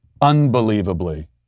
unbelievably